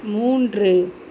மூன்று